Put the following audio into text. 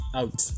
out